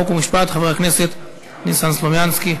חוק ומשפט חבר הכנסת ניסן סלומינסקי.